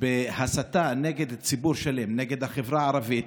בהסתה נגד ציבור שלם, נגד החברה הערבית,